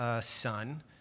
son